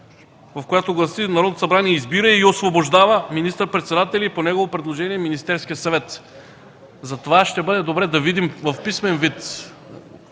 6, която гласи: „Народното събрание избира и освобождава министър-председателя и по негово предложение – Министерския съвет”. Затова ще бъде добре да видим в писмен вид